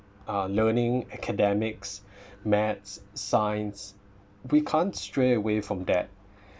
uh learning academics maths science we can't stray away from that